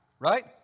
right